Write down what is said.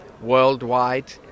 worldwide